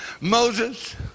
moses